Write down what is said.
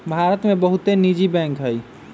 भारत में बहुते निजी बैंक हइ